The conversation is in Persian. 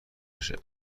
نشه